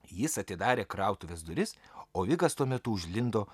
jis atidarė krautuvės duris o vigas tuo metu užlindo